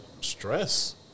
stress